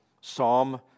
Psalm